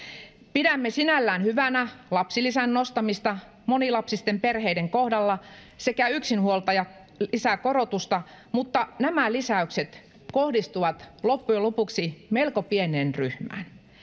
pidämme sinällään hyvänä lapsilisän nostamista monilapsisten perheiden kohdalla sekä yksinhuoltajalisäkorotusta mutta nämä lisäykset kohdistuvat loppujen lopuksi melko pieneen ryhmään